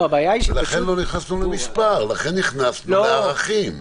לכן לא נכנסנו למספר, לכן נכנסנו לערכים.